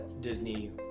Disney